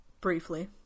Briefly